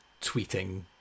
tweeting